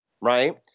Right